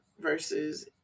versus